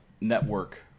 network